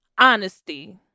Honesty